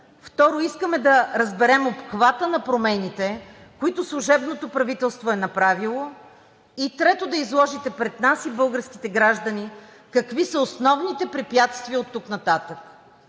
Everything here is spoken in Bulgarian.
Второ, искаме да разберем обхвата на промените, които служебното правителство е направило. И трето, да изложите пред нас и българските граждани какви са основните препятствия оттук нататък.